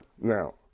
Now